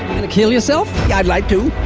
and kill yourself? yeah, i'd like to.